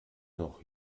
noch